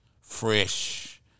Fresh